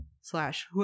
slash